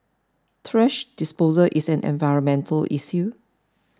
thrash disposal is an environmental issue